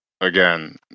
again